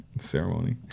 Ceremony